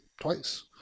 Twice